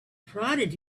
prodded